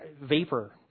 vapor